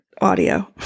audio